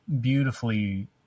beautifully